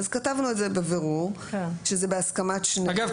אז כתבנו את זה בבירור שזה בהסכמת --- אגב,